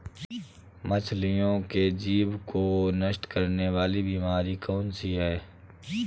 मछलियों के जीभ को नष्ट करने वाली बीमारी कौन सी है?